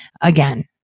again